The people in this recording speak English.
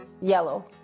yellow